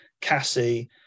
Cassie